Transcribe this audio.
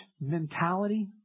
mentality